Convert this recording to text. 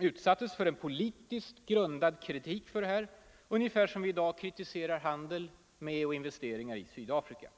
utsattes för en politiskt grundad kritik för detta, ungefär som vi i dag kritiserar handel med och investeringar i Sydafrika.